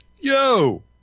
Yo